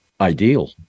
ideal